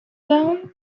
down